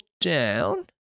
down